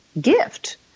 gift